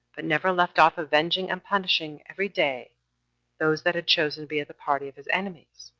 but never left off avenging and punishing every day those that had chosen to be of the party of his enemies.